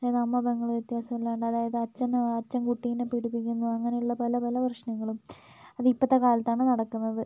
അതായത് അമ്മ പെങ്ങൾ വ്യത്യാസമില്ലാണ്ട് അതായത് അച്ഛനും അച്ഛൻ കുട്ടിനെ പീഡിപ്പിക്കുന്നു അങ്ങനെയുള്ള പല പല പ്രശ്നങ്ങളും അതിപ്പോഴത്തെ കാലത്താണ് നടക്കുന്നത്